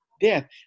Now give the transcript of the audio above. death